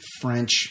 French